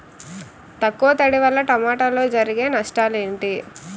తక్కువ తడి వల్ల టమోటాలో జరిగే నష్టాలేంటి?